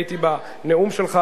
הייתי בנאום שלך,